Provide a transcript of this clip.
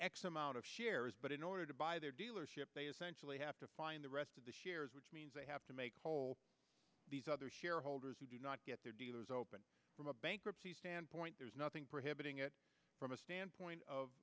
x amount of shares but in order to buy their dealership they essentially have to find the rest of the shares which means they have to make hold these other shareholders who do not get their dealers open from a bankruptcy standpoint there's nothing prohibiting it from a standpoint of